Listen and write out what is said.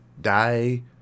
die